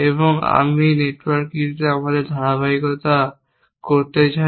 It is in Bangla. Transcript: এবং আমি এই নেটওয়ার্কটিকে আমাদের ধারাবাহিকতা করতে চাই